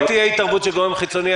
לא תהיה התערבות של גורם חיצוני.